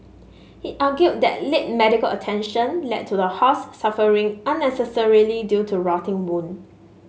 he argued that late medical attention led to the horse suffering unnecessarily due to rotting wound